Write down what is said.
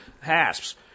hasps